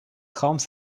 homes